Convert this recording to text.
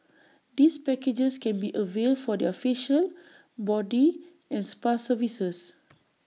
these packages can be availed for their facial body and spa services